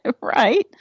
Right